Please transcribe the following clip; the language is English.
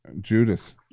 judas